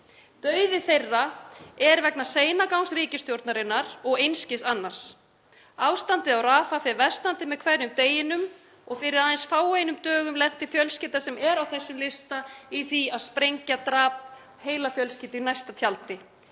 Dauði þeirra er vegna seinagangs ríkisstjórnarinnar og einskis annars. Ástandið í Rafah fer versnandi með hverjum deginum og fyrir aðeins fáeinum dögum lenti fjölskylda sem er á þessum lista í því að sprengja drap heila fjölskyldu í næsta tjaldi.